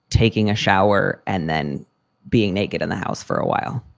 taking a shower and then being naked in the house for a while,